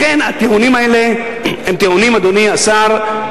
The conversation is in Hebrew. לכן הטיעונים הם טיעונים, אדוני השר,